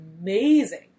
Amazing